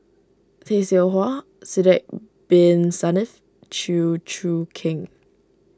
Tay Seow Huah Sidek Bin Saniff Chew Choo Keng